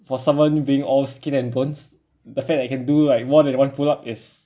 for someone being all skin and bones the fact that I can do like more than one pull up yes